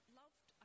loved